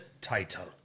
title